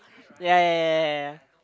ya ya ya